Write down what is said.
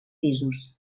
pisos